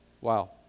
Wow